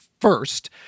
first